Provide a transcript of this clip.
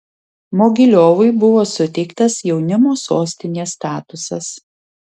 mogiliovui buvo suteiktas jaunimo sostinės statusas